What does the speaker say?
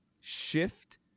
shift